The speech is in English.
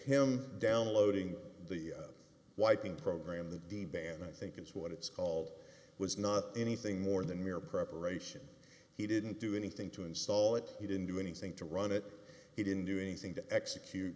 him downloading the wiping program the band i think is what it's called was not anything more than mere preparation he didn't do anything to install it he didn't do anything to run it he didn't do anything to execute